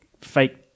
fake